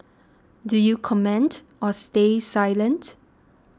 do you comment or stay silent